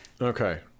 okay